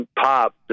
pop